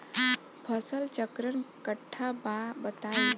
फसल चक्रण कट्ठा बा बताई?